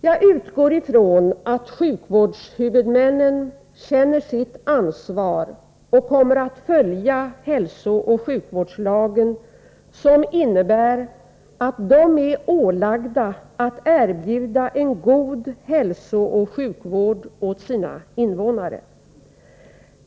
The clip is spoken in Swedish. Jag utgår ifrån att sjukvårdshuvudmännen känner sitt ansvar och kommer att följa hälsooch sjukvårdslagen, som innebär att de är ålagda att erbjuda en god hälsooch sjukvård åt sina invånare.